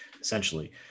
Essentially